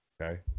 okay